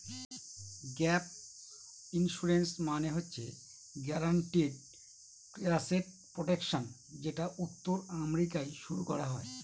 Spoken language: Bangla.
গ্যাপ ইন্সুরেন্স মানে হচ্ছে গ্যারান্টিড এসেট প্রটেকশন যেটা উত্তর আমেরিকায় শুরু করা হয়